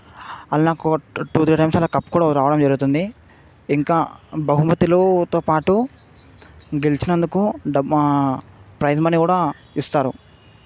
అలా నాకు two three times అలా కప్ కూడా రావడం జరుగుతుంది ఇంకా బహుమతులతో పాటు గెలిచినందుకు డబ్ ప్రైజ్ మనీ కూడా ఇస్తారు